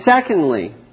secondly